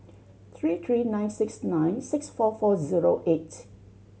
three three nine six nine six four four zero eight